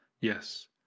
Yes